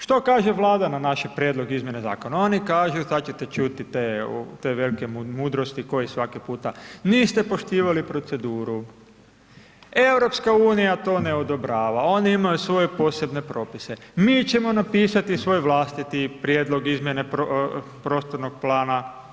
Što kaže Vlada na naš prijedlog izmjene zakona? oni kažu, sad ćete čuti te velike mudrosti kao i svaki puta, niste poštivali proceduru, EU to ne odobrava, oni imaju svoje posebne propise, mi ćemo napisati svoj vlastiti prijedlog izmjene prostornog plana.